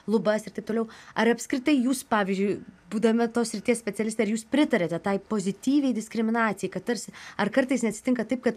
lubas ir taip toliau ar apskritai jūs pavyzdžiui būdama tos srities specialistė jūs pritariate tai pozityviai diskriminacijai kad tarsi ar kartais neatsitinka taip kad